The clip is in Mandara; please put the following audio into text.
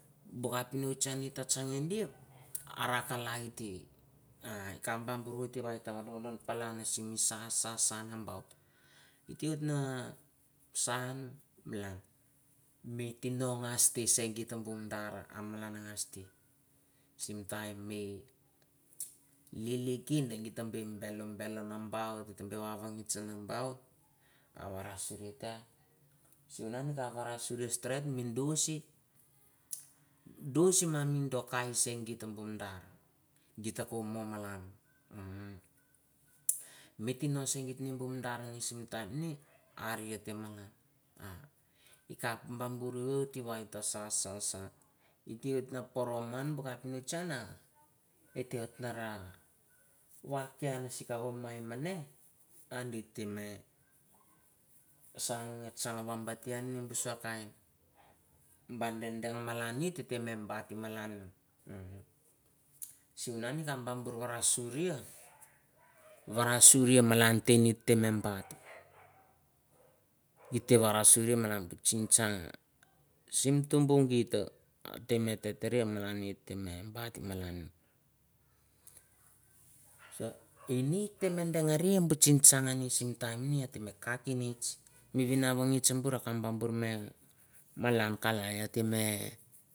Bu kapinots an it ta tsenge dia, ara kalai te a i kap ba bor oit na vodododon palan ngan mi sa sa sa nambaut. It te oit na saun malan mi tino ngas te se geit bu mandar a malan ngas te. Sim taim mi lili kinda geit ta be belo belo nambaut. geit ta be vavangits nambaut a varasuri te an. Sivunan et ta varasuri steret mi duisi, duis ma mi dokai se geit bu manadar sim taim ni, are i ate malan ahh ikap ba bur oit va ta sa sa. it te oit na poro mo an bu kapinots an a et te oit na vak ke an sikovo mai mane a di te me saun nge tsang vambate an ni bu sua kain ba dengdeng malan ni te me bat malan sunan e kap ba bur varasuria varasuria malan malan te tete mi bat. it te varasuria malan bu tsintsang sim tumbu geit a te me te taria malan ni te te me bat malan ini it te me dengaria bu tsintsang sim bu taim ni ate me kakineits, mi vinavangits a kap ba bur me kalai. ate me.